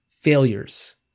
failures